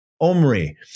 Omri